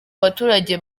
abaturage